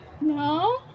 no